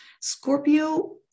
Scorpio